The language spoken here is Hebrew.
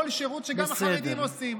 כל שירות שגם החרדים עושים.